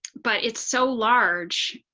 but it's so large,